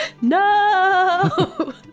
no